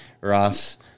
Ross